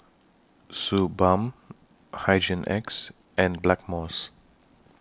Suu Balm Hygin X and Blackmores